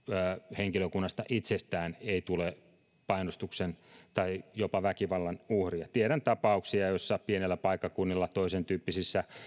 henkilökunnasta itsestään ei tule painostuksen tai jopa väkivallan uhria tiedän tapauksia joissa pienillä paikkakunnilla toisentyyppisissä tapauksissa